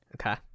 Okay